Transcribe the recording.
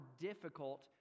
difficult